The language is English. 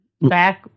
Back